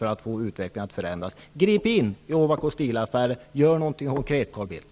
Grip in i Ovako Steel-affären! Gör någonting konkret, Carl Bildt!